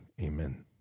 amen